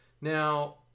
Now